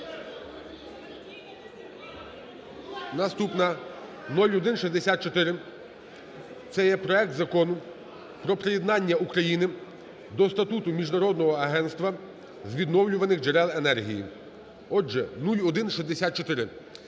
Наступна 0164, це є проект Закону про приєднання України до Статуту Міжнародного агентства з відновлювальних джерел енергії. Отже, 0164.